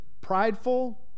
prideful